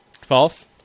False